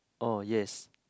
oh yes